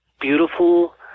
beautiful